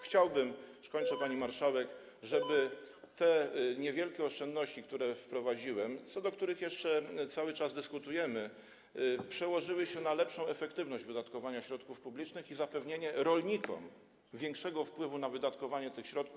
Chciałbym - już kończę, pani marszałek - żeby te niewielkie oszczędności, które wprowadziłem, a o których jeszcze cały czas dyskutujemy, przełożyły się na efektywność wydatkowania środków publicznych i zapewniły rolnikom większy wpływu na wydatkowanie środków.